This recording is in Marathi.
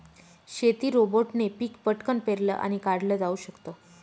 शेती रोबोटने पिक पटकन पेरलं आणि काढल जाऊ शकत